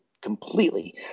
completely